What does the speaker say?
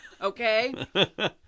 okay